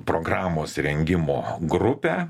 programos rengimo grupę